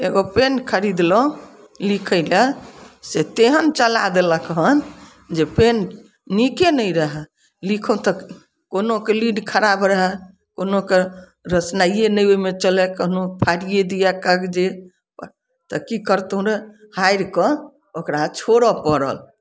एगो पेन खरीदलहुँ लिखैले से तेहन चला देलक हँ जे पेन नीके नहि रहै लिखै तकमे कोनोके लीड खराब रहै कोनोके रोशनाइए नहि ओहिमे चलै कखनहु फैड़िए दिए कागजे तऽ कि करतहुँ हारिके ओकरा छोड़ऽ पड़ल